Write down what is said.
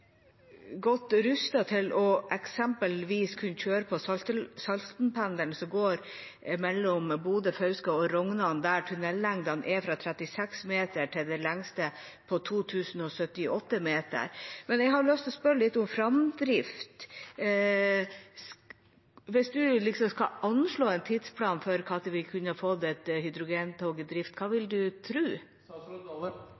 til eksempelvis å kunne kjøre på Saltenpendelen, som går mellom Bodø, Fauske og Rognan, der tunellengdene er fra 36 meter til den lengste på 2078 meter. Jeg har lyst til å spørre litt om framdrift. Hvis statsråden skal anslå en tidsplan for når vi kunne få et hydrogentog i drift, hva vil